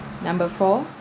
number four